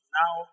now